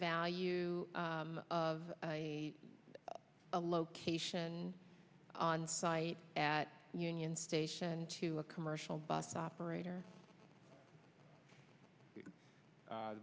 value of a location on site at union station to a commercial bus operator